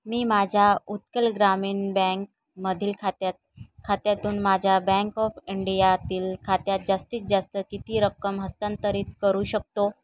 मी माझ्या उत्कल ग्रामीण बँकमधील खात्यात खात्यातून माझ्या बँक ऑफ इंडियातील खात्यात जास्तीत जास्त किती रक्कम हस्तांतरित करू शकतो